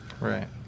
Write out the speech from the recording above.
Right